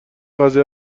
قضیه